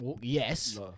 Yes